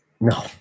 No